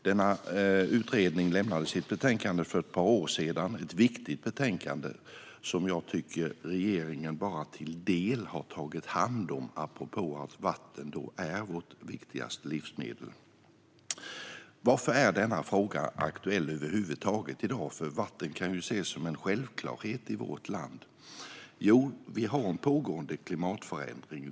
Den lämnade sitt betänkande för ett par år sedan - ett viktigt betänkande, som jag tycker att regeringen bara till del har tagit hand om, apropå att vatten är vårt viktigaste livsmedel. Varför är denna fråga aktuell över huvud taget i dag? Vatten kan ju ses som en självklarhet i vårt land. Jo, vi har en pågående klimatförändring.